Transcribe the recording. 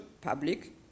public